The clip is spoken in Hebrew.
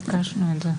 ביקשנו את זה.